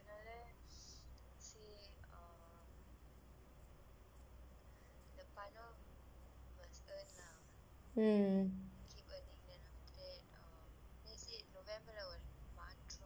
mm